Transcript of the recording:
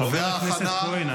חבר הכנסת כהן,